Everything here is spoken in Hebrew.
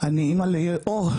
אני אמא לאור,